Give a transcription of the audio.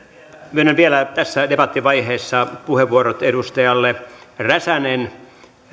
myönnän vielä tässä debattivaiheessa puheenvuorot edustajille räsänen